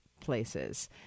places